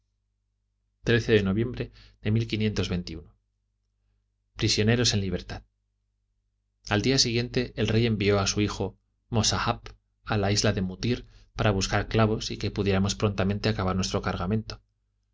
noviembre prisionero en libertad al día siguiente el rey envió a su hijo mossahap a la isla de mutir para buscar clavos y que pudiéramos prontamente acabar nuestro cargamento